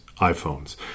iPhones